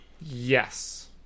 Yes